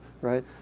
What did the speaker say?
Right